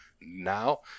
now